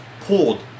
pulled